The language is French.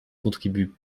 contribue